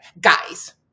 guys